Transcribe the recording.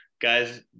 guys